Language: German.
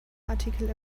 artikel